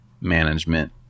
management